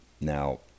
Now